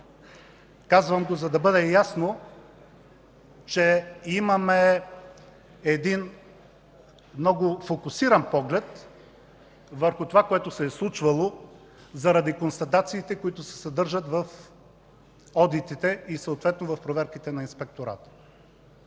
Казвам го, за да бъде ясно, че имаме един много фокусиран поглед върху това, което се е случвало, заради констатациите, съдържащи се в одитите, съответно в проверката на Инспектората.